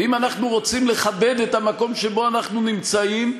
ואם אנחנו רוצים לכבד את המקום שבו אנחנו נמצאים,